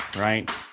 right